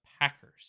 Packers